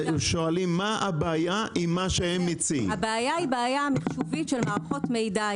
הבעיה היא בעיה של מערכות מידע.